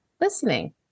listening